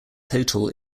total